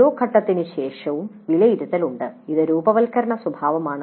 ഓരോ ഘട്ടത്തിനുശേഷവും വിലയിരുത്തൽ ഉണ്ട് അത് രൂപവത്കരണ സ്വഭാവമാണ്